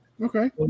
Okay